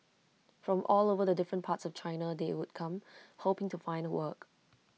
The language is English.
from all over the different parts of China they'd come hoping to find work